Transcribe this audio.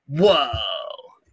Whoa